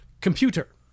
computer